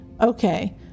okay